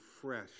fresh